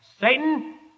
Satan